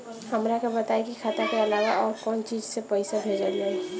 हमरा के बताई की खाता के अलावा और कौन चीज से पइसा भेजल जाई?